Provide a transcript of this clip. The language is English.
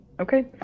Okay